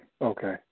okay